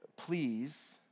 Please